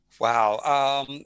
Wow